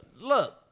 Look